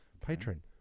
Patron